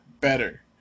better